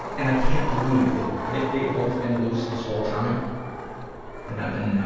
and i can't believe that, that they've both been loose this whole time that i've been, ah,